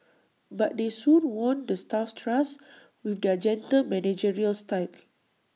but they soon won the staff's trust with their gentle managerial style